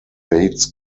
bates